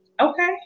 Okay